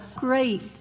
Great